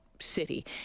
city